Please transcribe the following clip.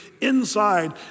inside